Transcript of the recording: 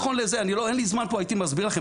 אין לי זמן פה, הייתי מסביר לכם.